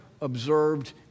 observed